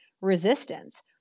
resistance